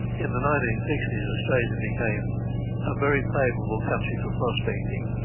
in the nineteen sixty s australia became a very favourable country for prospecting.